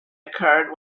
occurred